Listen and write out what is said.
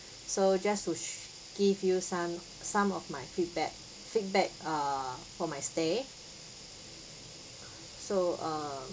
so just to give you some some of my feedback feedback err for my stay so err